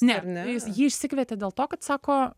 ne jis jį išsikvietė dėl to kad sako